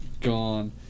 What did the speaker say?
gone